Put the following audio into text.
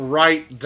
right